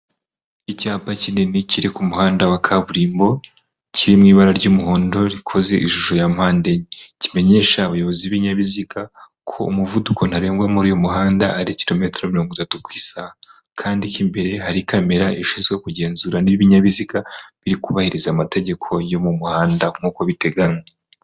Icyapa kinini kiri ku muhanda wa kaburimbo, kiri mu ibara ry'umuhondo rikoze ishusho ya mpande enye. Kimenyesha abayobozi b'ibinyabiziga ko umuvuduko ntarengwa muri uyu muhanda ari kilometero mirongo itatu ku isaha. Kandi ko imbere hari kamera ishinzwe kugenzura niba ibinyabiziga biri kubabahiriza amategeko yo mu muhanda nk'uko biteganywa.